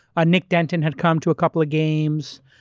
ah nick denton had come to a couple of games,